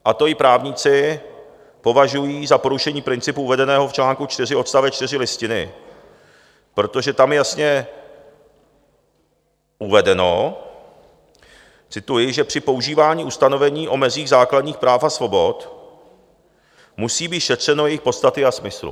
A to i právníci považují za porušení principu uvedeného v článku 4 odstavec 4 Listiny, protože tam je jasně uvedeno cituji, že při používání ustanovení o mezích základních práv a svobod musí být šetřeno jejich podstaty a smyslu.